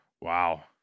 Wow